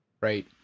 right